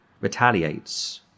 Retaliates